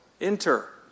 enter